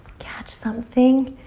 catch something.